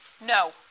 No